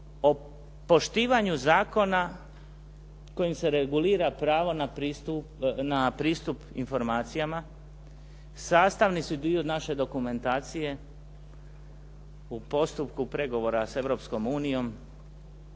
o poštivanju zakona kojim se regulira pravo na pristup informacijama sastavni su dio naše dokumentacije u postupku pregovora sa